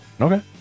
Okay